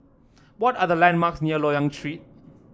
what are the landmarks near Loyang Street